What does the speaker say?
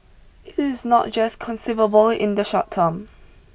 it is not just conceivable in the short term